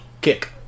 kick